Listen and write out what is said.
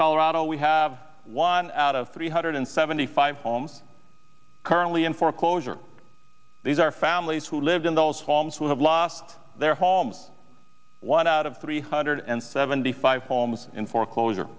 colorado we have one out of three hundred seventy five homes currently in foreclosure these are families who live in those homes who have lost their homes one out of three hundred and seventy five homes in foreclosure